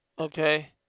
Okay